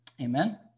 amen